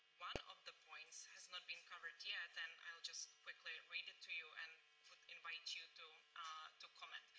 one of the points has not been covered yet, and i will just quickly read it to you and would invite you to ah to comment.